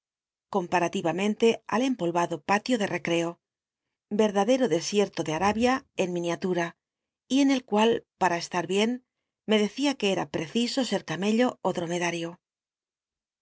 tivamenle al empolvado patio de recreo verdadero tlcsi wto ele arabia en rnin iülu nr y en el cual para estar bien me dccia que era preciso ser camello ó dromeclal'io